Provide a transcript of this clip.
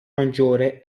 maggiore